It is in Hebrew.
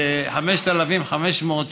5,500,